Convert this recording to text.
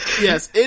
Yes